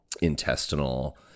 intestinal